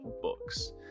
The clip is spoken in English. books